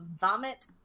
vomit